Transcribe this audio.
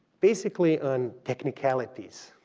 basically on technicalities,